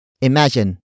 Imagine